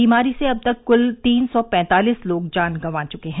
बीमारी से अब तक कुल तीन सौ पैंतालीस लोग जान गंवा चुके हैं